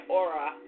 aura